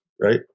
right